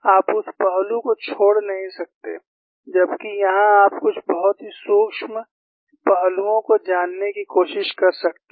आप उस पहलू को छोड़ नहीं सकते जबकि यहाँ आप कुछ बहुत ही सूक्ष्म पहलुओं को जानने की कोशिश कर सकते हैं